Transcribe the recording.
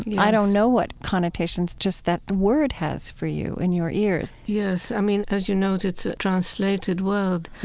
i don't know what connotations just that word has for you and your ears yes. i mean, as you know, it's a translated word,